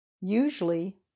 Usually